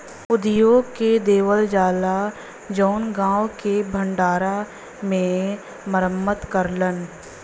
उद्योग के देवल जाला जउन गांव के भण्डारा के मरम्मत करलन